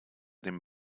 dem